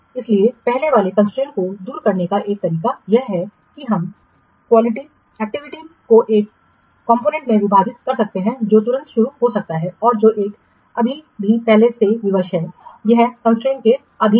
इसलिए पहले वाली बाधाओं को दूर करने का एक तरीका यह है कि हम एक्टिविटी को एक घटक में विभाजित कर सकते हैं जो तुरंत शुरू हो सकता है और एक जो अभी भी पहले से विवश है यह बाधा के अधीन है